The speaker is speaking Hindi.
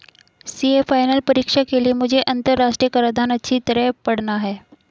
सीए फाइनल परीक्षा के लिए मुझे अंतरराष्ट्रीय कराधान अच्छी तरह पड़ना है